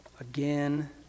again